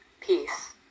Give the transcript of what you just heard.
Peace